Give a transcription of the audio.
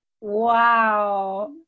wow